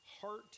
heart